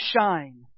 shine